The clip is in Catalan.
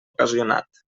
ocasionat